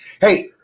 Hey